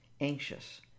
Anxious